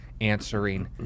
answering